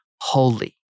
holy